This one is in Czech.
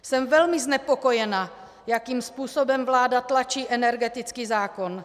Jsem velmi znepokojena, jakým způsobem vláda tlačí energetický zákon.